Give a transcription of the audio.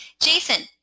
Jason